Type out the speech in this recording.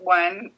one